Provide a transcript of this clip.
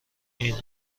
این